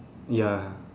ya